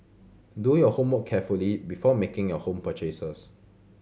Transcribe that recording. do your homework carefully before making your home purchases